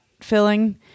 filling